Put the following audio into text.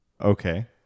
Okay